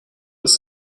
ist